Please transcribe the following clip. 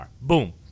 Boom